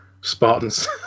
Spartans